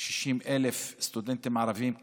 60,000 סטודנטים ערבים,